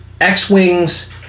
X-Wings